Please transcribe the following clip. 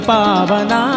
Pavana